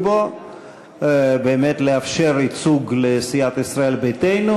בו באמת לאפשר ייצוג לסיעת ישראל ביתנו.